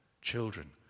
Children